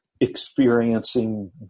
Experiencing